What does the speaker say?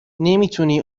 نمیتونی